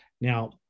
Now